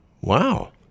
Wow